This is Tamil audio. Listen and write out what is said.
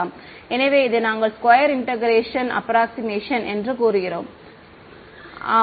மாணவர் எனவே இதை நாங்கள் ஸ்கொயர் இன்டெக்ரேஷன் ஆஃப்ரொக்ஸிமேஷன் என்று கூறுகிறோம் குறிப்பு நேரம் 0655 ஆம்